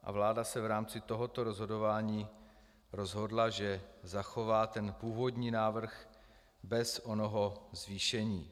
A vláda se v rámci tohoto rozhodování rozhodla, že zachová původní návrh bez onoho zvýšení.